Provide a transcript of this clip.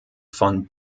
von